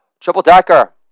triple-decker